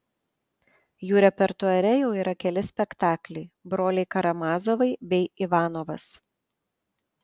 jų repertuare jau yra keli spektakliai broliai karamazovai bei ivanovas